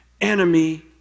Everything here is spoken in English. enemy